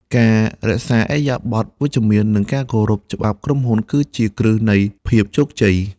ការបង្ហាញឥរិយាបថវិជ្ជមាននិងការគោរពច្បាប់ក្រុមហ៊ុន គឺជាគ្រឹះនៃភាពជោគជ័យ។